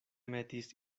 metis